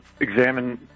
examine